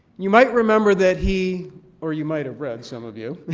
you might remember that he or you might have read some of you